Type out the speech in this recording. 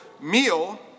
meal